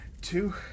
two